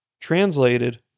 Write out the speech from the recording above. Translated